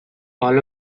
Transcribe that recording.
all